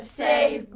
save